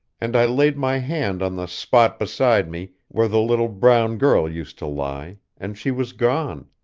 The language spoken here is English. and i laid my hand on the spot beside me where the little brown girl used to lie, and she was gone.